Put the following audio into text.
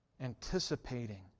anticipating